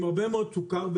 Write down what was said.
עם הרבה מאוד סוכר.